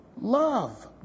Love